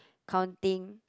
counting